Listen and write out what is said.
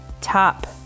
top